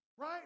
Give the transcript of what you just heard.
Right